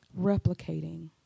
replicating